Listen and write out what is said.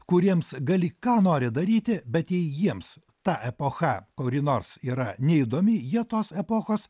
kuriems gali ką nori daryti bet jei jiems ta epocha kuri nors yra neįdomi jie tos epochos